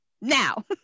now